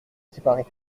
séparer